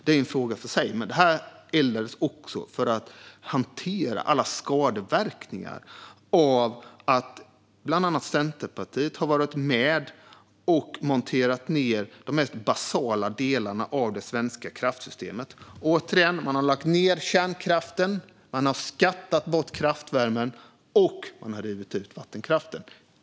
Det eldades också för att hantera alla skadeverkningar av att bland annat Centerpartiet har varit med och monterat ned de mest basala delarna av det svenska kraftsystemet. Återigen: Man har lagt ned kärnkraften, man har skattat bort kraftvärmen och man har rivit ut vattenkraften.